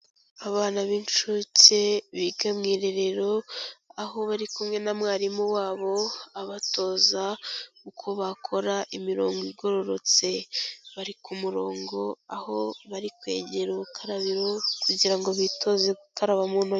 Abana b'incuke biga mu irerero aho bari kumwe na mwarimu wabo abatoza uko bakora imirongo igororotse. Bari ku murongo aho barikwegera ubukarabiro kugira ngo bitoze gukaraba mu ntoki.